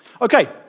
Okay